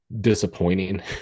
disappointing